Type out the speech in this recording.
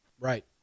Right